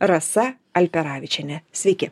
rasa alperavičienė sveiki